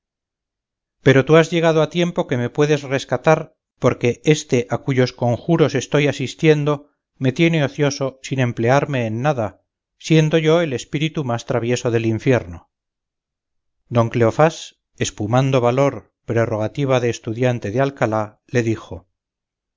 pero tú has llegado a tiempo que me puedes rescatar porque este a cuyos conjuros estoy asistiendo me tiene ocioso sin emplearme en nada siendo yo el espíritu más travieso del infierno don cleofás espumando valor prerrogativa de estudiante de alcalá le dijo